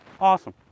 Awesome